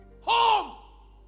Home